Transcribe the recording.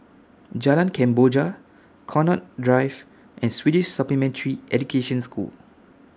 Jalan Kemboja Connaught Drive and Swedish Supplementary Education School